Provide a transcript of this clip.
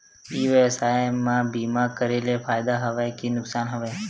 ई व्यवसाय म बीमा करे ले फ़ायदा हवय के नुकसान हवय?